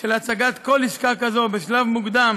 של הצגת כל עסקה כזו בשלב מוקדם